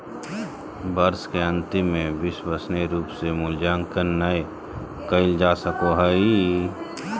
वर्ष के अन्तिम में विश्वसनीय रूप से मूल्यांकन नैय कइल जा सको हइ